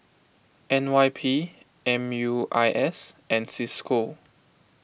N Y P M U I S and Cisco